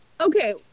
Okay